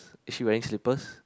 is she wearing slippers